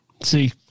see